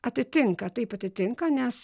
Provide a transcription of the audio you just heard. atitinka taip atitinka nes